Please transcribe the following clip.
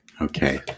Okay